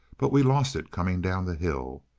but we lost it coming down the hill.